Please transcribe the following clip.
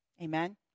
Amen